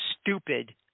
stupid